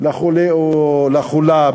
לחולֶה או לחולָה,